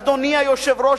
אדוני היושב-ראש,